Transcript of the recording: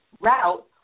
route